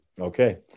Okay